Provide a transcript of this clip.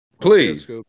Please